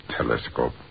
telescope